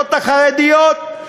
מהסיעות החרדיות?